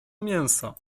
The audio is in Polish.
mięsa